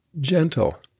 gentle